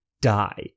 die